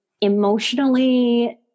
emotionally